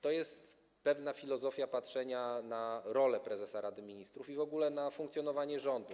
To jest pewna filozofia patrzenia na rolę prezesa Rady Ministrów i w ogóle na funkcjonowanie rządu.